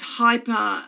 hyper